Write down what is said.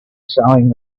sewing